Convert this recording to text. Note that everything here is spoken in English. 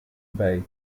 bay